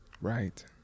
Right